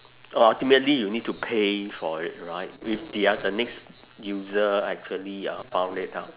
orh ultimately you need to pay for it right if the oth~ the next user actually uh file it up